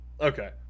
Okay